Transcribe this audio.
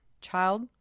Child